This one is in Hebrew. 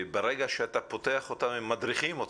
ברגע שאתה פותח אותם הם מדריכים אותך.